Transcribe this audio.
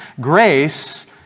Grace